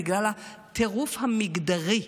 בגלל הטירוף המגדרי.